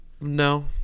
No